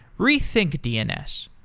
rethink dns,